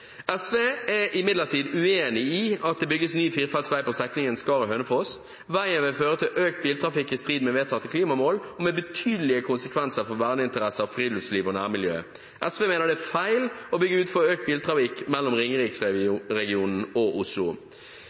SV er imidlertid uenig i at det skal bygges ny firefelts vei på strekningen Skaret–Hønefoss. Veien vil føre til økt biltrafikk, i strid med vedtatte klimamål og med betydelige konsekvenser for verneinteresser, friluftsliv og nærmiljø. SV mener det er feil å bygge ut for økt biltrafikk mellom Ringeriksregionen og Oslo.